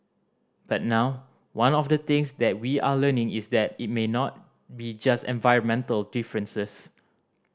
but now one of the things that we are learning is that it may not be just environmental differences